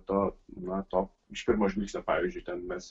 to na to iš pirmo žvilgsnio pavyzdžiui ten mes